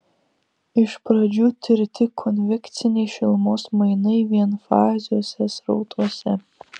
iš pradžių tirti konvekciniai šilumos mainai vienfaziuose srautuose